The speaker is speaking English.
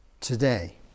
today